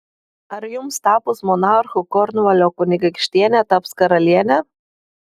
ar jums tapus monarchu kornvalio kunigaikštienė taps karaliene